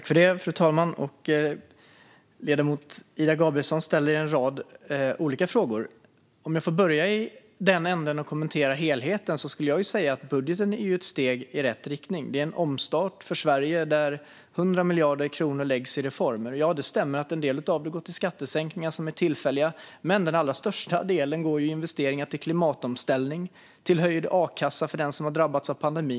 Fru talman! Ledamoten Ida Gabrielsson ställer en rad olika frågor. Låt mig börja med att kommentera helheten. Jag skulle säga att budgeten är ett steg i rätt riktning. Det är en omstart för Sverige, där 100 miljarder kronor läggs i reformer. Ja, det stämmer att en del av dem går till skattesänkningar som är tillfälliga. Men den allra största delen går till investeringar i klimatomställning och till höjd a-kassa för den som har drabbats av pandemin.